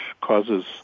causes